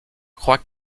croit